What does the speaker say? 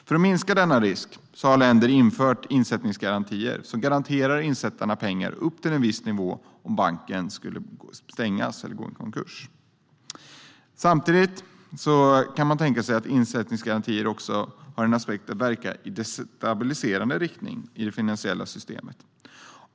För att minska denna risk har länder infört insättningsgarantier som garanterar insättarna pengar upp till en viss nivå om banken skulle stängas eller gå i konkurs. Samtidigt kan man tänka sig att insättningsgarantier också har en aspekt som kan verka i destabiliserande riktning i det finansiella systemet.